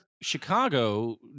chicago